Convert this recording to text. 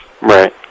Right